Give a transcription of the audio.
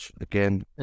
Again